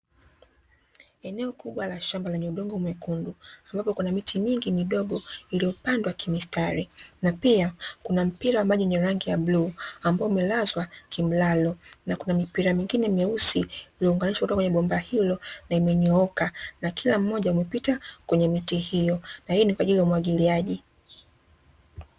Eneo kubwa la shamba lenye udongo mwekundu ambapo kuna miti mingi midogo iliyopandwa kimistari, na pia kuna mpira wa maji wenye rangi ya bluu, ambao umelazwa kimlalo na kuna mipira mingine mweusi iliyounganishwa kutoka katika bomba hilo na imenyooka, na kila mmoja umepita kwenye miti hiyo na hii ni kwa ajili ya umwagiliaji.